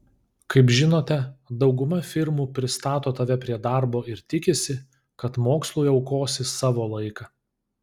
kaip žinote dauguma firmų pristato tave prie darbo ir tikisi kad mokslui aukosi savo laiką